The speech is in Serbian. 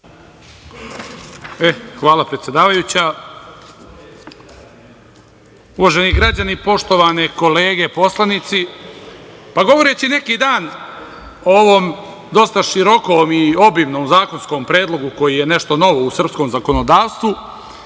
Hvala predsedavajuća. Uvaženi građani, poštovane kolege poslanici, govoreći neki dan o ovom dosta širokom i obimnom zakonskom predlogu koji je nešto novo u srpskom zakonodavstvu,